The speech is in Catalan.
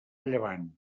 llevant